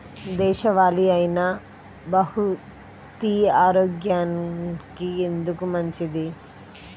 దేశవాలి అయినా బహ్రూతి ఆరోగ్యానికి ఎందుకు మంచిది?